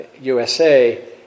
USA